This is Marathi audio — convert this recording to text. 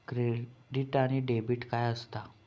क्रेडिट आणि डेबिट काय असता?